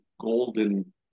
golden